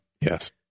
Yes